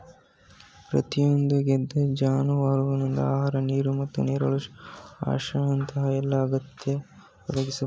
ಪ್ರತಿಯೊಂದು ಗದ್ದೆ ಜಾನುವಾರುವಿಗೆ ಆಹಾರ ನೀರು ಮತ್ತು ನೆರಳು ಆಶ್ರಯದಂತ ಎಲ್ಲಾ ಅಗತ್ಯ ಒದಗಿಸ್ಬೇಕು